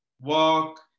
walk